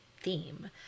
theme